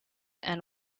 and